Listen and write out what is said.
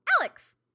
Alex